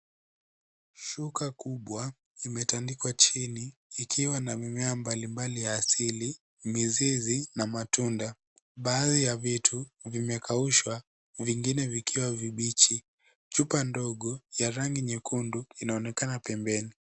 Shuka kubwa imetandikwa chini ikiwa na mimea mbalimbali ya asili, mizizi na matunda. Baadhi ya vitu vimekaushwa vingine vikiwa vibichi. Chupa ndogo ya rangi nyekundu inaonekana pembeni.